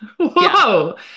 Whoa